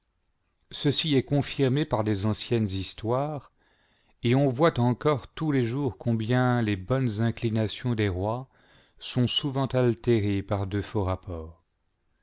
ceci est confirmé par les anciennes histoires et on voit encore tous les jours combien les bonnes inclinations des rois sont souvent altérées par de faux rapports